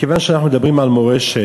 מכיוון שאנחנו מדברים על מורשת,